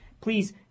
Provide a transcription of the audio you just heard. Please